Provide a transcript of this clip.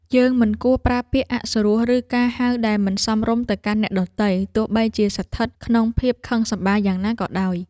យើងមិនគួរប្រើពាក្យអសុរោះ ឬការហៅដែលមិនសមរម្យទៅកាន់អ្នកដទៃទោះបីជាស្ថិតក្នុងភាពខឹងសម្បារយ៉ាងណាក៏ដោយ។